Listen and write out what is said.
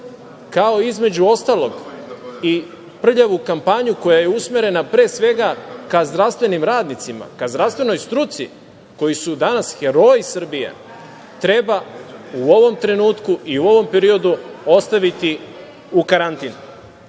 kao, između ostalog i prljavu kampanju koja je usmerena, pre svega, ka zdravstvenim radnicima, ka zdravstvenoj struci, koji su danas heroji Srbije, treba u ovom trenutku i u ovom periodu ostaviti u karantin. Situacija